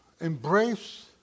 embrace